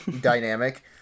dynamic